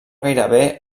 gairebé